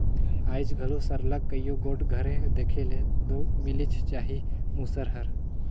आएज घलो सरलग कइयो गोट घरे देखे ले दो मिलिच जाही मूसर हर